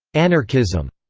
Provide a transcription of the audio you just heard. anarchism.